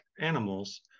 animals